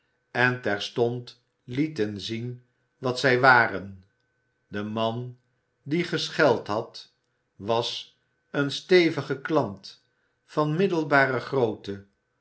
en terstond lieten zien wat zij waren de man die gescheld had was een stevige klant van middelbare groot